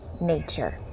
nature